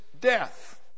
death